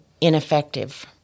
ineffective